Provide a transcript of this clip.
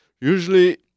usually